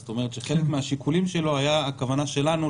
זאת אומרת שחלק מהשיקולים שלו הייתה הכוונה שלנו,